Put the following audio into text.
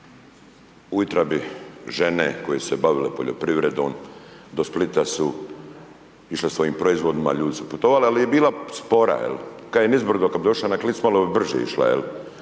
ujutro bi žene koje su se bavili poljoprivredom do Splita su išli svojim proizvodima, ljudi su putovali, ali je bila spora, jel, kada je nizbrdo, kada bi došla na …/Govornik